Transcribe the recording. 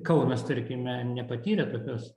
kaunas tarkime nepatyrė tokios